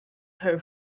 her